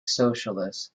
socialist